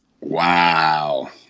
Wow